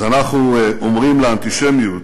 אז אנחנו אומרים לאנטישמיות,